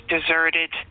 deserted